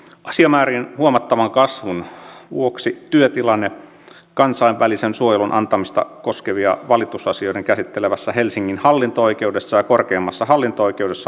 asiamäärien huomattavan kasvun vuoksi työtilanne kansainvälisen suojelun antamista koskevia valitusasioita käsittelevässä helsingin hallinto oikeudessa ja korkeimmassa hallinto oikeudessa on poikkeuksellinen